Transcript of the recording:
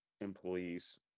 employees